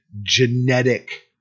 genetic